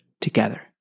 together